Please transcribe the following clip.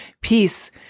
peace